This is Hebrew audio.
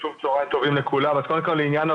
יש לי קרקע שהמדינה הפקיעה אותה בשנת 1953 מול איילת השחר,